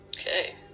Okay